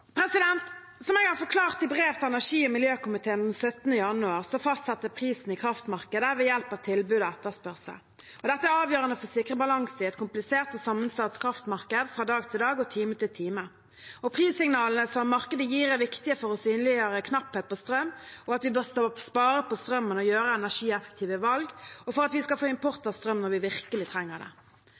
Som jeg har forklart i brev til energi- og miljøkomiteen den 14. januar, fastsettes prisen i kraftmarkedet ved hjelp av tilbud og etterspørsel. Dette er avgjørende for å sikre balanse i et komplisert og sammensatt kraftmarked fra dag til dag og time til time. Prissignalene som markedet gir, er viktige for å synliggjøre knapphet på strøm, at vi bør spare på strømmen og gjøre energieffektive valg, og for at vi skal få import av strøm når vi virkelig trenger det.